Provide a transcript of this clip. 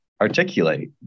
articulate